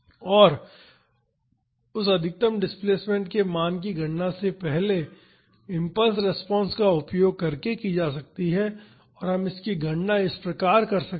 और उस अधिकतम डिस्प्लेसमेंट के मान की गणना पहले इम्पल्स रिस्पांस का उपयोग करके की जा सकती है और हम इसकी गणना इस प्रकार कर सकते हैं